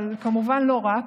אבל כמובן לא רק,